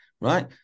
right